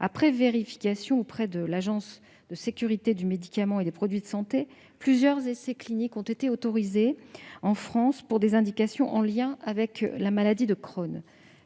Après vérification auprès de l'Agence nationale de sécurité du médicament et des produits de santé (ANSM), plusieurs essais cliniques ont été autorisés en France pour des indications en lien avec la maladie de Crohn.